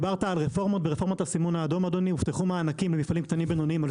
ברפורמת הסימון האדום הובטחו מענקים למפעלים קטנים ובינוניים על